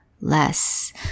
less